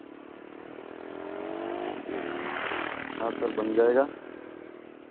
हाँ सर बन जाएगा